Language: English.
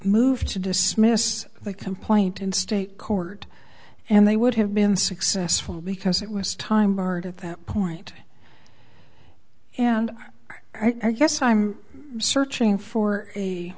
moved to dismiss the complaint in state court and they would have been successful because it was time aren't at that point and i guess i'm searching for a